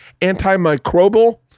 antimicrobial